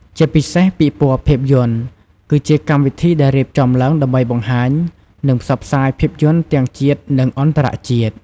ជាពិសេសពិព័រណ៍ភាពយន្ត គឺជាកម្មវិធីដែលរៀបចំឡើងដើម្បីបង្ហាញ និងផ្សព្វផ្សាយភាពយន្តទាំងជាតិ និងអន្តរជាតិ។